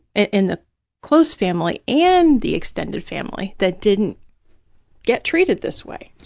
in the close family and the extended family that didn't get treated this way.